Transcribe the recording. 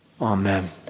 Amen